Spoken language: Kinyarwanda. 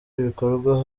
ibikorwa